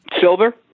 Silver